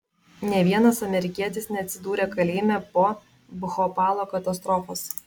nė vienas amerikietis neatsidūrė kalėjime po bhopalo katastrofos